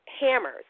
hammers